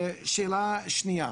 שאלה שנייה,